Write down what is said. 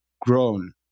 grown